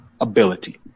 ability